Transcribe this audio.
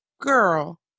girl